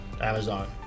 amazon